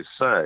say